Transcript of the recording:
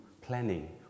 planning